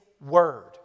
word